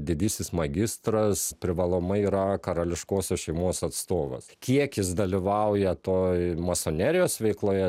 didysis magistras privalomai yra karališkosios šeimos atstovas kiek jis dalyvauja toj masonerijos veikloje